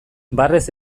barrez